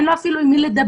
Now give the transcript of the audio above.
אין לו אפילו עם מי לדבר.